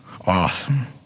Awesome